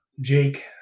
Jake